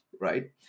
right